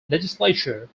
legislature